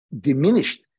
diminished